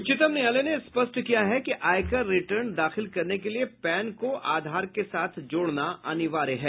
उच्चतम न्यायालय ने स्पष्ट किया कि आयकर रिटर्न दाखिल करने के लिए पैन को आधार के साथ जोड़ना अनिवार्य है